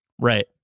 Right